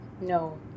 No